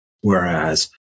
whereas